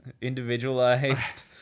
individualized